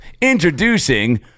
Introducing